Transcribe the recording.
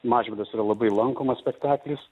mažvydas yra labai lankomas spektaklis